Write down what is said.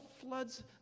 floods